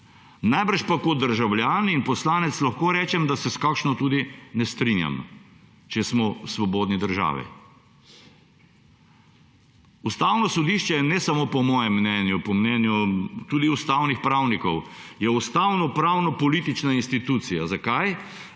Najbrž pa kot državljan in poslanec lahko rečem, da se s kakšno tudi ne strinjam, če smo v svobodni državi. Ustavno sodišče je ne samo po mojem mnenju, po mnenju tudi ustavnih pravnikov, je ustavnopravno politična institucija. Zakaj?